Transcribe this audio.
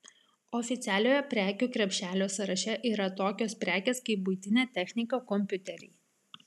oficialiojo prekių krepšelio sąraše yra tokios prekės kaip buitinė technika kompiuteriai